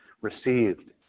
received